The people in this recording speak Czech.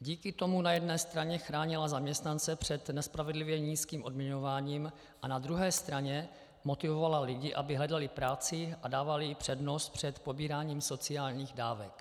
Díky tomu na jedné straně chránila zaměstnance před nespravedlivě nízkým odměňováním a na druhé straně motivovala lidi, aby hledali práci a dávali jí přednost před pobíráním sociálních dávek.